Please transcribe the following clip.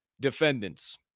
defendants